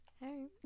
Hey